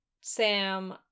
Sam